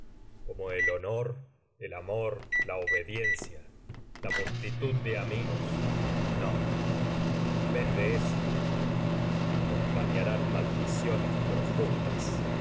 como el honor el amor la obediencia la multitud de amigos no en vez de eso me acompañarán maldiciones profundas